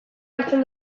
hartzen